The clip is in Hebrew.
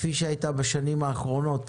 כפי שהייתה בשנים האחרונות.